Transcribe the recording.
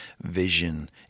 vision